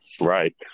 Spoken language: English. Right